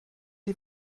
die